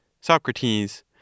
Socrates